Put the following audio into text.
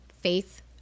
faith